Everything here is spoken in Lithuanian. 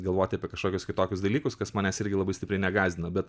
galvoti apie kažkokius kitokius dalykus kas manęs irgi labai stipriai negąsdina bet